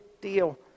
deal